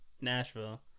Nashville